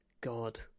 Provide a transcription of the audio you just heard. God